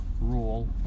rule